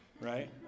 right